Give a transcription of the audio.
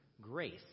grace